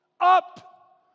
Up